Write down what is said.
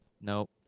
Nope